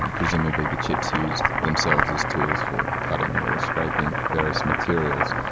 um presumably the chips used themselves as tools for for cutting or scraping various materials.